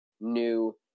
new